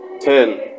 ten